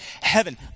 heaven